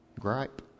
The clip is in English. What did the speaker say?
gripe